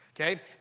okay